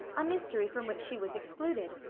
a mystery from which she was excluded.